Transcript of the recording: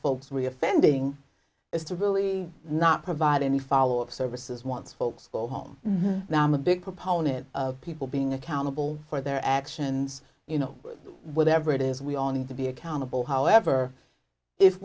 folks reoffending is to really not provide any follow up services once folks will home now i'm a big proponent of people being accountable for their actions you know whatever it is we all need to be accountable however if